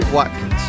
Watkins